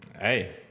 Hey